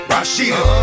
Rashida